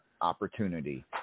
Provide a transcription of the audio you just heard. opportunity